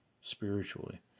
spiritually